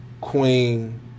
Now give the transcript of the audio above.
Queen